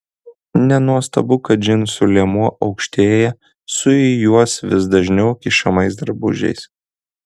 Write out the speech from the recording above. nenuostabu kad džinsų liemuo aukštėja su į juos vis dažniau kišamais drabužiais